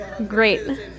Great